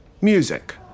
music